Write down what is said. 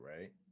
right